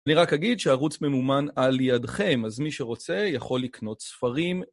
אני רק אגיד שהערוץ ממומן על ידכם, אז מי שרוצה יכול לקנות ספרים.